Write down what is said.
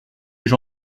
gens